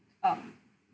um